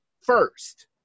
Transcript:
first